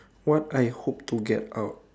what I hope to get out